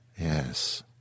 Yes